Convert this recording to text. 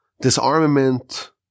disarmament